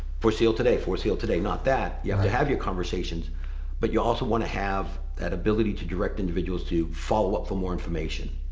for sale today, for sale today, not that. you have to have your conversations but you also wanna have that ability to direct individuals to follow up for more information.